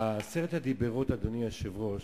עשרת הדיברות, אדוני היושב-ראש,